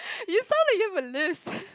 you sound like you have a lisp